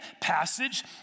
passage